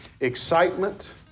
excitement